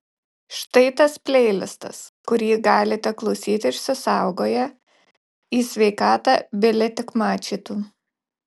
štai tas pleilistas kurį galite klausyti išsisaugoję į sveikatą bile tik mačytų